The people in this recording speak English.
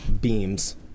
beams